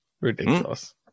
ridiculous